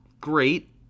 great